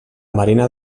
marina